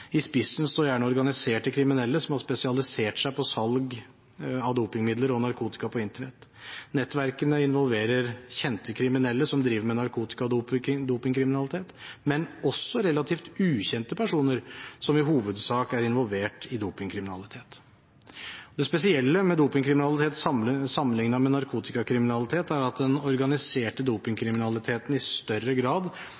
I spissen står gjerne organiserte kriminelle som har spesialisert seg på salg av dopingmidler og narkotika på Internett. Nettverkene involverer kjente kriminelle som driver med narkotika og dopingkriminalitet, men også relativt ukjente personer som i hovedsak er involvert i dopingkriminalitet. Det spesielle med dopingkriminalitet sammenlignet med narkotikakriminalitet er at den organiserte